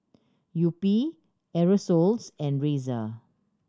Yupi Aerosoles and Razer